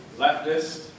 leftist